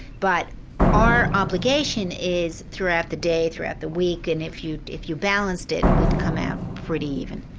but our obligation is throughout the day, throughout the week, and if you if you balanced it, we'd come out pretty even.